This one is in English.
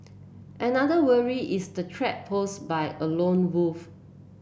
another worry is the threat posed by a lone wolf